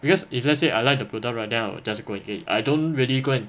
because if let's say I like the product right then I will just go and get it I don't really go and